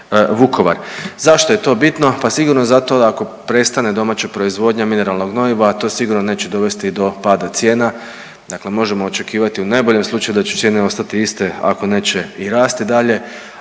Zašto je to bitno? Pa sigurno zato ako prestane domaća proizvodnja mineralnog gnojiva, a to sigurno neće dovesti do pada cijena, dakle možemo očekivati u najboljem slučaju da će cijene ostati iste ako neće i rasti dalje,